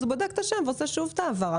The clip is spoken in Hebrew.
אז הוא בודק את השם ושוב עושה את ההעברה.